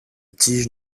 tige